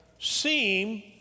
seem